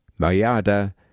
Mayada